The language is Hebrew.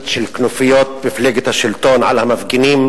של כנופיות ממשלת השלטון על המפגינים